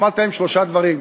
אמרתי להם שלושה דברים: